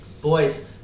boys